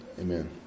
Amen